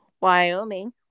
Wyoming